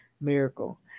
miracle